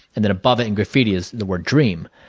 and then above it in graffiti is the word dream.